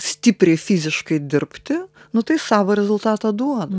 stipriai fiziškai dirbti nu tai savo rezultatą duoda